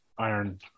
iron